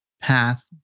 path